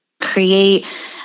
create